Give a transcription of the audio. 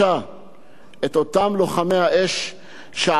שעשו תפקידם נאמנה במשך שנים,